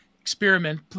experiment